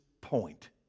point